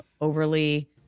overly